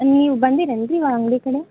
ನೀವು ಬಂದಿರೇನು ರೀ ಇವಾಗ ಅಂಗಡಿ ಕಡೆ